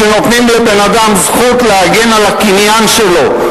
כשנותנים לבן-אדם זכות להגן על הקניין שלו,